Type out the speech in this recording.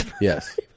Yes